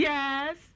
Yes